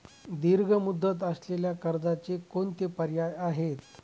दीर्घ मुदत असलेल्या कर्जाचे कोणते पर्याय आहे?